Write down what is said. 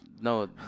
No